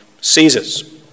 Caesar's